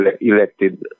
elected